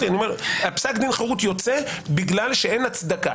פסק דין חירות יוצא בגלל שאין הצדקה.